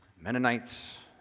Mennonites